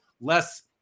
less